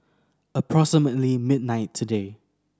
approximately midnight today